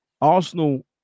Arsenal